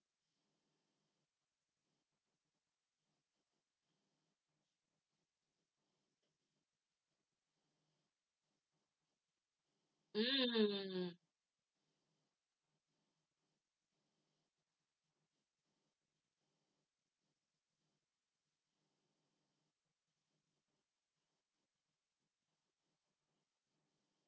mm hmm mm mm